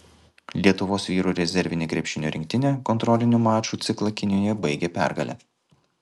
lietuvos vyrų rezervinė krepšinio rinktinė kontrolinių mačų ciklą kinijoje baigė pergale